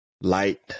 Light